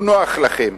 הוא נוח לכם,